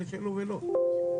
בבקשה.